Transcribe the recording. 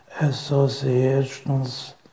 associations